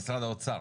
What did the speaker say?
משרד האוצר.